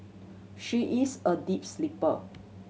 she is a deep sleeper